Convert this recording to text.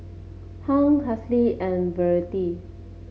Hung Halsey and Verlyn